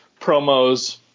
promos